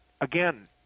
again